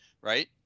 Right